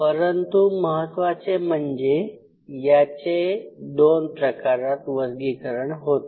परंतु महत्वाचे म्हणजे याचे दोन प्रकारात वर्गीकरण होते